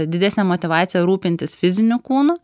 didesnė motyvacija rūpintis fiziniu kūnu